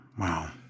Wow